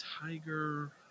tiger